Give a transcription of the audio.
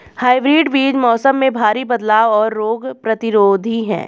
hybrid बीज मौसम में भारी बदलाव और रोग प्रतिरोधी हैं